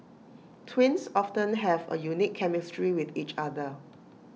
twins often have A unique chemistry with each other